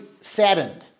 saddened